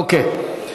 אוקיי.